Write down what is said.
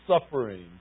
suffering